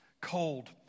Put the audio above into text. cold